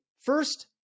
first